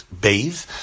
bathe